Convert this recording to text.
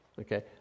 Okay